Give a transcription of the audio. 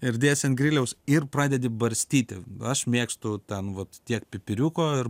ir dėsi ant griliaus ir pradedi barstyti aš mėgstu ten vat tiek pipiriuko ir